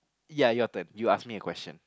ya your turn you ask me a question